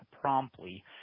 promptly